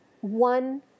one